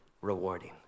rewarding